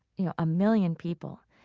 you know, a million people,